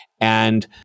And-